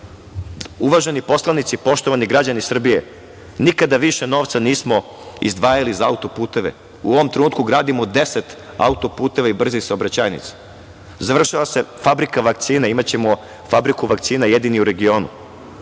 tome. Uvaženi poslanici, poštovani građani Srbije, nikada više novca nismo izdvajali za auto-puteve. U ovom trenutku gradimo 10 auto-puteva i brzih saobraćajnica. Završava se fabrika vakcina, imaćemo fabriku vakcina jedini u regionu.